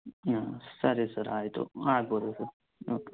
ಹಾಂ ಸರಿ ಸರ್ ಆಯಿತು ಆಗ್ಬೋದು ಸರ್ ಓಕೆ